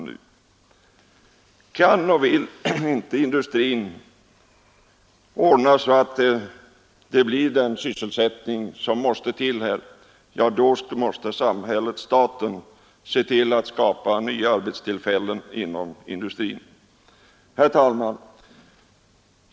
Kan inte — eller vill inte — industrin ordna så att det blir den sysselsättning som behövs här, måste samhället/staten skapa nya arbetstillfällen inom industrin. Herr talman!